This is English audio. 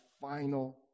final